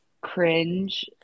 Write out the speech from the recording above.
cringe